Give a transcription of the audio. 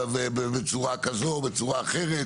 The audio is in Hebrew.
בצורה כזו או בצורה אחרת,